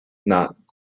not